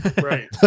Right